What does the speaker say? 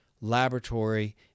laboratory